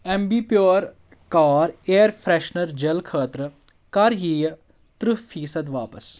Ambi Pur car air freshener gel خٲطرٕ کَر یِیہِ ترٕٛہ فیٖسَد واپس